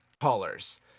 colors